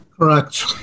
Correct